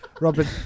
Robert